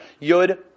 Yud